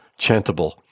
chantable